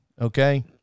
Okay